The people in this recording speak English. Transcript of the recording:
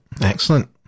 excellent